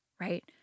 right